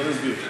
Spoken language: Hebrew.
בוא נסביר.